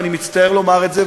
ואני מצטער לומר את זה,